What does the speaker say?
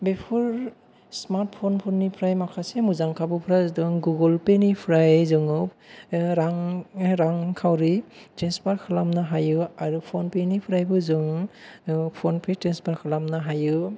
बेफोर smart phone फोरनिफ्राय माखासे मोजां खाबुफोरा जादों गुगल पे निफ्राय जोङो रां रांखाउरि ट्रेनसफार खालामनो हायो आरो फन पेनिफ्रायबो जोङो फनपे ट्रेनसफार खालामनो हायो